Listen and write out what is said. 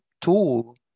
tool